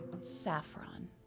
saffron